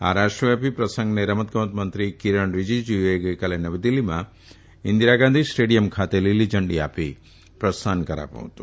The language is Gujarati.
આ રાષ્ટ્રવ્યાપી પ્રસંગને રમતગમત મંત્રી કીરણ રીજીજુએ ગઇકાલે નવી દિલ્હીમાં ઇન્દીરા ગાંઘી સ્ટેડીયમ ખાતે લીલીઝંડી આપી પ્રસ્થાન કરાવ્યું હતું